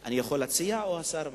היושב-ראש, אני יכול להציע או שהשר מציע?